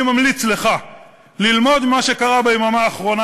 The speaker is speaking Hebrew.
אני ממליץ לך ללמוד ממה שקרה ביממה האחרונה,